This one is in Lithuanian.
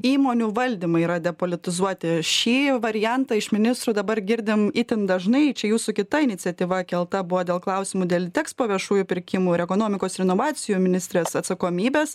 įmonių valdymai yra depolitizuoti šį variantą iš ministro dabar girdim itin dažnai čia jūsų kita iniciatyva kelta buvo dėl klausimų dėl litekspo viešųjų pirkimų ir ekonomikos ir inovacijų ministrės atsakomybės